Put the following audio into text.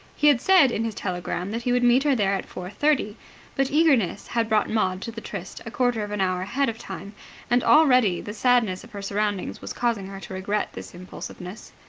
he had said in his telegram that he would meet her there at four-thirty but eagerness had brought maud to the tryst a quarter of an hour ahead of time and already the sadness of her surroundings was causing her to regret this impulsiveness.